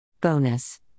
Bonus